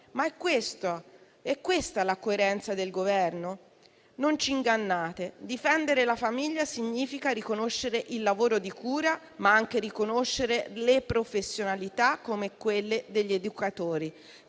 Ma è questa la coerenza del Governo? Non ci ingannate: difendere la famiglia significa riconoscere il lavoro di cura, ma anche riconoscere le professionalità come quelle degli educatori